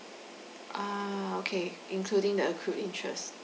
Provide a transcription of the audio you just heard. ah okay including the accrued interest